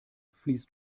fließt